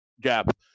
gap